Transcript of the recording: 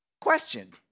Question